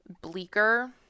bleaker